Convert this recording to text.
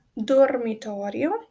dormitorio